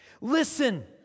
Listen